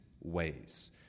ways